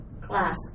class